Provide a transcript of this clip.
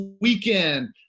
weekend